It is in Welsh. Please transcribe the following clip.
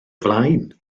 flaen